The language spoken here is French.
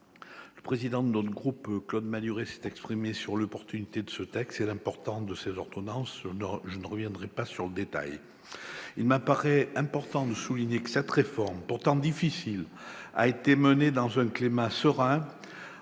le président de notre groupe, Claude Malhuret, s'est déjà exprimé sur l'opportunité de ce projet de loi et l'importance de ces ordonnances. Je n'y reviendrai donc pas. Il me paraît important de souligner que cette réforme, pourtant difficile, a été menée dans un climat serein,